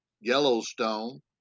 Yellowstone